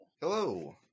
Hello